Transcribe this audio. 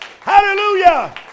Hallelujah